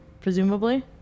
presumably